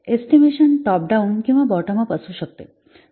estimation top down किंवा bottom up असू शकते